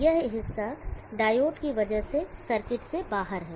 यह हिस्सा डायोड की वजह से सर्किट से बाहर है